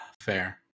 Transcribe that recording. Fair